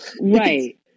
right